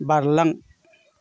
बारलां